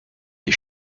des